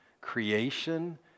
creation